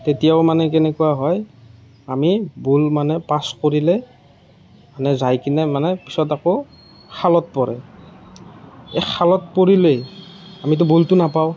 তেতিয়াও মানে কেনেকুৱা হয় আমি বল মানে পাছ কৰিলে মানে যাইকেনে মানে পিছত আকৌ খালত পৰে এই খালত পৰিলে আমিতো বলটো নাপাওঁ